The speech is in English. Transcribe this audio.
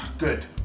Good